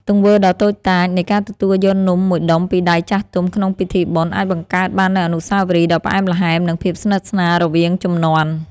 ទង្វើដ៏តូចតាចនៃការទទួលយកនំមួយដុំពីដៃចាស់ទុំក្នុងពិធីបុណ្យ អាចបង្កើតបាននូវអនុស្សាវរីយ៍ដ៏ផ្អែមល្ហែម និងភាពស្និទ្ធស្នាលរវាងជំនាន់។